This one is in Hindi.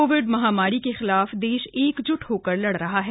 कोविड महामारी के खिलाफ देश एकज्ट होकर लड़ रहा है